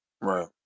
Right